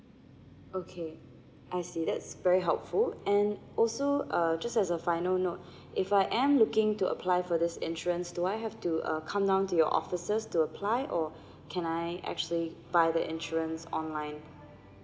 okay I see that's very helpful and also uh just as a final note if I am looking to apply for this insurance do I have to uh come down to your offices to apply or can I actually buy the insurance online